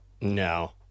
No